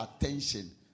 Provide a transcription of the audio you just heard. attention